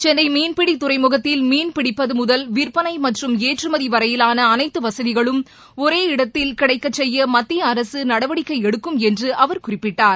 சென்ளை மீன்பிடி துறைமுகத்தில் மீன்பிடிப்பது முதல் விற்பளை மற்றும் ஏற்றுமதி வரையிலான அனைத்து வசதிகளும் ஒரே இடத்தில் கிடைக்கச் செய்ய மத்திய அரசு நடவடிக்கை எடுக்கும் என்று அவர் குறிப்பிட்டார்